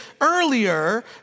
earlier